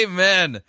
Amen